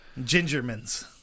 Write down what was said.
Gingermans